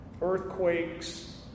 Earthquakes